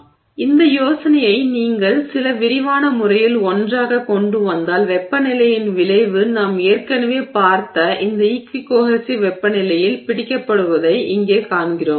எனவே இந்த யோசனைகளை நீங்கள் சில விரிவான முறையில் ஒன்றாகக் கொண்டுவந்தால் வெப்பநிலையின் விளைவு நாம் ஏற்கனவே பார்த்த இந்த ஈக்வி கோஹெஸிவ் வெப்பநிலையால் பிடிக்கப்படுவதை இங்கே காண்கிறோம்